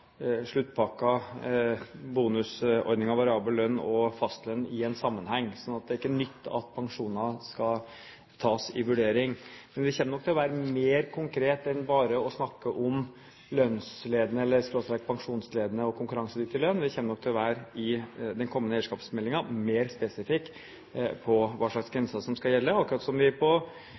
variabel lønn og fast lønn i en sammenheng. Så det er ikke nytt at pensjoner skal tas med i vurdering. Men vi kommer nok til å være mer konkrete enn bare å snakke om lønnsledende/pensjonsledende og konkurransedyktig lønn. Vi kommer nok i den kommende eierskapsmeldingen til å være mer spesifikke på hva slags grenser som skal gjelde, akkurat som